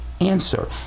answer